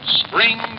spring